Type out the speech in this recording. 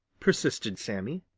persisted sammy.